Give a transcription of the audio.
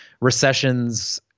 recessions